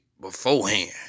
beforehand